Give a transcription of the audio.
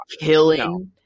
killing